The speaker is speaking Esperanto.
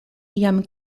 jam